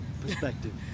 perspective